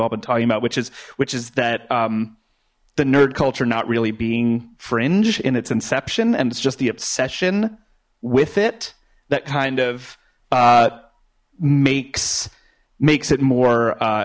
all been talking about which is which is that the nerd culture not really being fringe in its inception and it's just the obsession with it that kind of makes makes it more